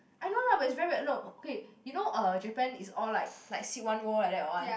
I know lah but it's very weird no okay you know uh Japan is all like like sit one row like that one